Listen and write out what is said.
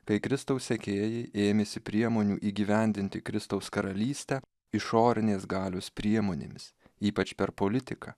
kai kristaus sekėjai ėmėsi priemonių įgyvendinti kristaus karalystę išorinės galios priemonėmis ypač per politiką